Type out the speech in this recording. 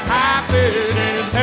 happiness